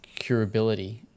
curability